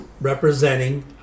representing